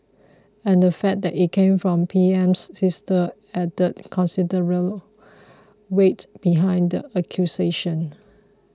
and the fact that it came from PM's sister added considerable weight behind accusation